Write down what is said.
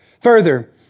Further